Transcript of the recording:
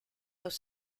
los